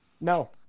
No